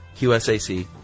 QSAC